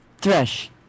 Thresh